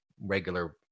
regular